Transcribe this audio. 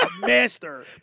Master